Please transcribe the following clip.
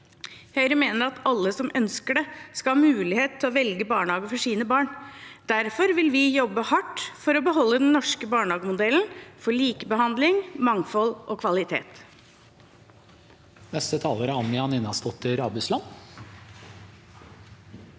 Høyre mener at alle som ønsker det, skal ha mulighet til å velge barnehage for sine barn. Derfor vil vi jobbe hardt for å beholde den norske barnehagemodellen – for likebehandling, mangfold og kvalitet.